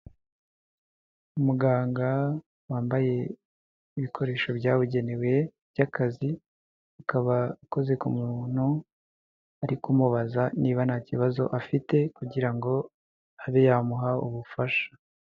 Muganga wambaye ibikoresho byabugenewe by'akazi, akaba akoze k'umuntu arimubaza niba ntakibazo afite kugira ngo abe yamuha ubufasha.